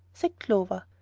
said clover.